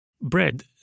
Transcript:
Bread